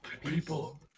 People